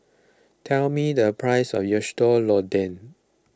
tell me the price of Sayur Lodeh